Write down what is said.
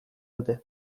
dute